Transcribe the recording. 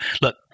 Look